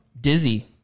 Dizzy